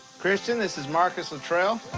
christian, this is marcus luttrell.